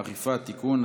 אכיפה) (תיקון),